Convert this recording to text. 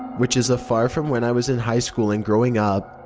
which is a far from when i was in highschool and growing up.